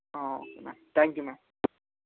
thank you ma'am